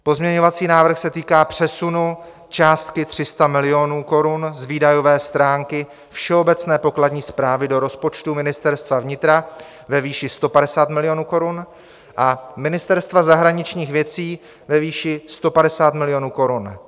Pozměňovací návrh se týká přesunu částky 300 milionů korun z výdajové stránky všeobecné pokladní správy do rozpočtu Ministerstva vnitra ve výši 150 milionů korun a Ministerstva zahraničních věcí ve výši 150 milionů korun.